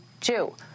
Jew